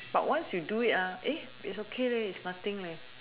but once you do it it's okay it's nothing